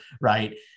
right